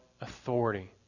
authority